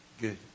Good